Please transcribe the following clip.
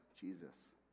Jesus